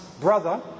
brother